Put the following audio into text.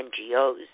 NGOs